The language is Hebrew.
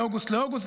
מאוגוסט לאוגוסט.